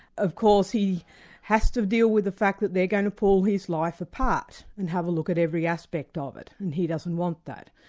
of course he has to deal with the fact that they're going to pull his life apart and have a look at every aspect ah of it, and he doesn't want that.